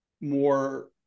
more